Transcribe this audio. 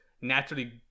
naturally